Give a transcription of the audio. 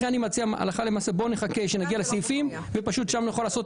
לכן אני מציע שנגיע לסעיפים ושם נראה